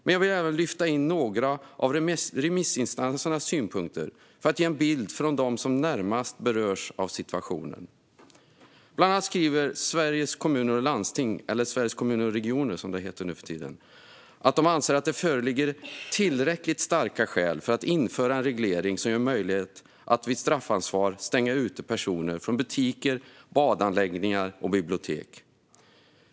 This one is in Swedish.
Men jag vill även lyfta in några av remissinstansernas synpunkter för att ge en bild från dem som närmast berörs av situationen. Bland annat skriver Sveriges Kommuner och Landsting - eller Sveriges Kommuner och Regioner, som det heter nu för tiden - att de "anser att det föreligger tillräckligt starka skäl för att införa en reglering som ger möjlighet att vid straffansvar stänga ute personer från butiker, badanläggningar och bibliotek".